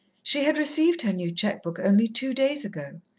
she had received her new cheque-book only two days ago.